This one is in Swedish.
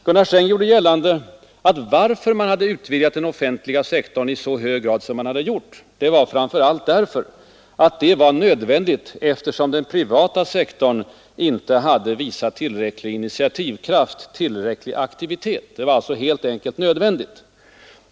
Gunnar Sträng gjorde gällande att anledningen till att man hade utvidgat den offentliga sektorn i så hög grad framför allt var att den privata sektorn inte hade visat tillräcklig initiativkraft, tillräcklig aktivitet. Det var alltså helt enkelt nödvändigt.